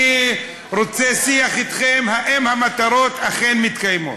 אני רוצה שיח אתכם, האם המטרות אכן מתקיימות.